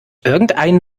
irgendein